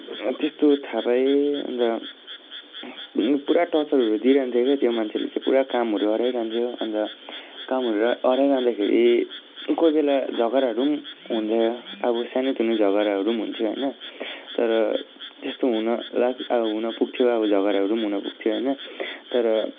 त्यस्तो थाहा पाएँ अन्त पुरा टर्चरहरू दिइरहन्थ्यो के त्यो मान्छेले चाहिँ पुरा कामहरू अह्राइरहन्थ्यो अन्त कामहरू अह्राइरहँदाखेरि कोही बेला झगडाहरू पनि हुन्थ्यो अब सानोतिनो झगडाहरू पनि हुन्थ्यो होइन तर त्यस्तो हुन लाग हुन पुग्थ्यो अब झगडाहरू पनि हुनपुग्थ्यो होइन तर